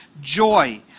joy